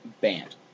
band